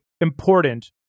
important